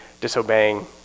disobeying